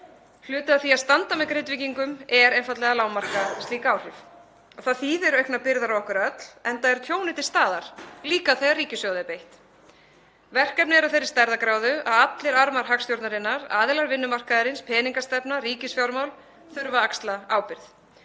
Hluti af því að standa með Grindvíkingum er einfaldlega að lágmarka slík áhrif. Það þýðir auknar byrðar á okkur öll, enda er tjónið til staðar líka þegar ríkissjóði er beitt. Verkefnið er af þeirri stærðargráðu að allir armar hagstjórnarinnar, aðilar vinnumarkaðarins, peningastefna, ríkisfjármál þurfa að axla ábyrgð.